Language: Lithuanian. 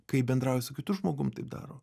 kai bendrauja su kitu žmogum taip daro